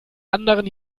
anderen